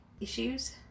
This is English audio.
issues